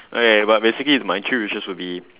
okay but basically my three wishes would be